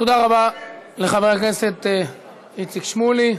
תודה רבה לחבר הכנסת איציק שמולי.